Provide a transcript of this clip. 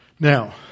Now